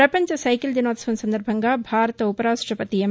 ప్రపంచ బైస్కిల్ దినోత్సవం సందర్బంగా భారత ఉపరాష్టపతి ఎం